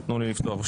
לכולם.